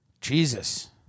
Jesus